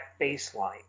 baseline